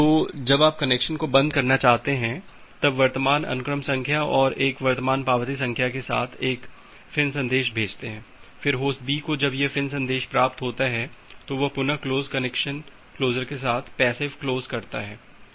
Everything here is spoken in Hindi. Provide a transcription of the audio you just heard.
तो जब आप कनेक्शन को बंद करना चाहते हैं तब वर्तमान अनुक्रम संख्या और एक वर्तमान पावती संख्या के साथ एक फ़िन् संदेश भेजें फिर होस्ट बी को जब यह फ़िन् संदेश प्राप्त होता है तो वह पुनः क्लोज कनेक्शन क्लोसर के साथ पैसिव क्लोज करता है